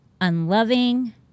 unloving